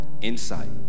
insight